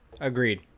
agreed